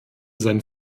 sein